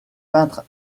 peintre